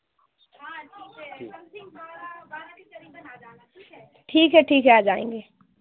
ठीक है ठीक है आ जाएँगे